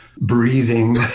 Breathing